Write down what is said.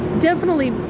definitely.